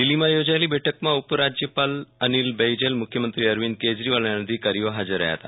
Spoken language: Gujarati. દિલહીમાં યોજાયેલી બેઠકમાં ઉપરાજ્યપાલ અનિલ બૈજલ મુખ્યમંત્રી અરવિંદ કેજરીવાલ અને અધિકારીઓ હાજર રહ્યા હતા